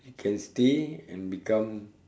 you can stay and become